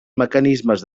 mecanismes